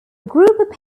group